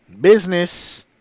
Business